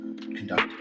conduct